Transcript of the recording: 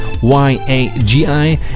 YAGI